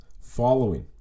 following